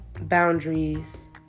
boundaries